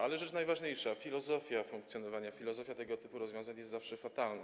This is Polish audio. Ale rzecz najważniejsza - filozofia funkcjonowania, filozofia tego typu rozwiązań jest zawsze fatalna.